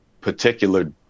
particular